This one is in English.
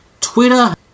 Twitter